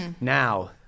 Now